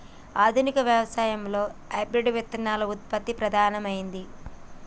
ఆధునిక వ్యవసాయం లో హైబ్రిడ్ విత్తన ఉత్పత్తి ప్రధానమైంది